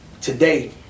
today